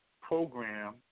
Program